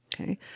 okay